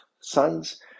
sons